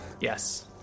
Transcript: Yes